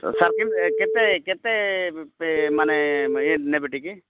ତ ସାର୍ କେତେ କେତେ ମାନେ ଏ ନେବେ ଟିକେ